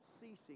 ceasing